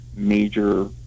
major